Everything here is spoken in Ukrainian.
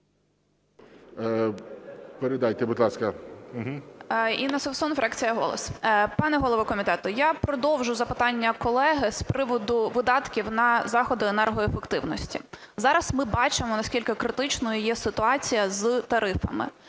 Пане голово комітету, я продовжу запитання колеги з приводу видатків на заходи енергоефективності. Зараз ми бачимо, наскільки критичною є ситуація з тарифами.